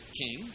king